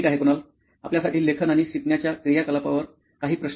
कुणाल आपल्यासाठी लेखन आणि शिकण्याच्या क्रियाकलापावर काही प्रश्न आहेत